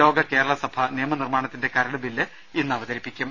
ലോക കേരള സഭ നിയമനിർമ്മാണത്തിന്റെ കരട് ബില്ല് ഇന്ന് അവതരിപ്പിക്കും